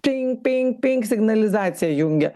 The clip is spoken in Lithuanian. ping ping ping signalizaciją jungia